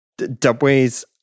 Dubway's